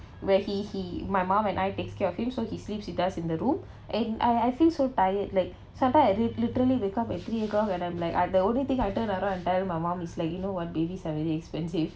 where he he my mom and I takes care of him so he sleeps with us in the room and I I think so tired like sometime I li~ literally wake up at three O'clock when I'm like the only thing I turned around and tell my mum is like you know what babies are really expensive